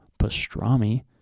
pastrami